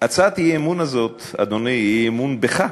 הצעת האי-אמון הזו, אדוני, היא אי-אמון בך,